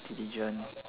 diligent